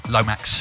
Lomax